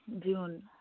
June